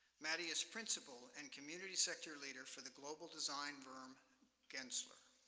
maddy is principal and community sector leader for the global design firm gensler,